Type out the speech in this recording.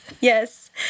Yes